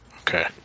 Okay